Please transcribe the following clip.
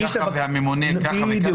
סכום מסוים והממונה אומר סכום אחר.